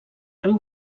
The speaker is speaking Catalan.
riu